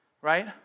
right